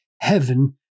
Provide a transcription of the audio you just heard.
heaven